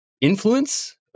influence